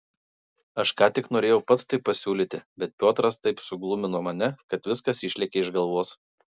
aš ką tik norėjau pats tai pasiūlyti bet piotras taip suglumino mane kad viskas išlėkė iš galvos